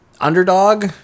Underdog